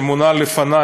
שמונה לפני,